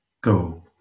Go